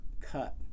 cut